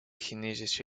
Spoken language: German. chinesische